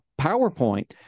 PowerPoint